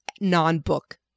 non-book